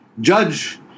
Judge